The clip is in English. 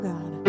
God